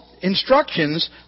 instructions